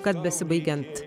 kad besibaigiant